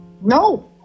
no